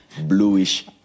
bluish